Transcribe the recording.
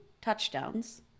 touchdowns